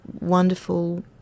wonderful